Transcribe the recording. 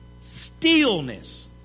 Stillness